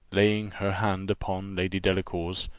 laying her hand upon lady delacour's,